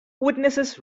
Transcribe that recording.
witnesses